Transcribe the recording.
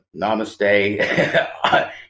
namaste